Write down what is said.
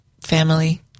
family